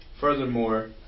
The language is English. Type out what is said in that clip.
Furthermore